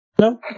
No